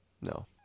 No